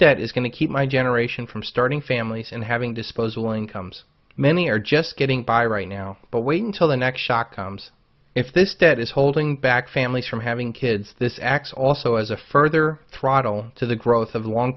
debt is going to keep my generation from starting families and having disposable incomes many are just getting by right now but wait until the next shock comes if this debt is holding back families from having kids this acts also as a further throttle to the growth of long